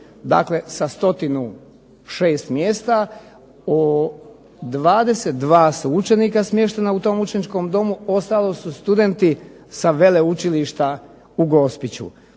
Dakle, sa 106 mjesta 22 su učenika smještena u tom učeničkom domu, ostalo su studenti sa veleučilišta u Gospiću.